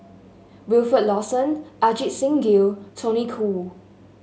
Wilfed Lawson Ajit Singh Gill Tony Khoo